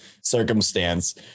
circumstance